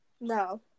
No